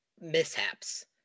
mishaps